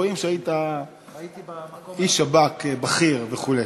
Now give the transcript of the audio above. רואים שהיית איש שב"כ בכיר וכו'.